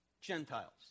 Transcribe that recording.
Gentiles